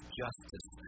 justice